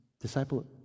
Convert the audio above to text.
disciple